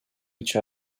each